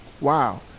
Wow